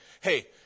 hey